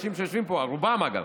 מהאנשים שיושבים פה, רובם, אגב,